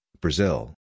Brazil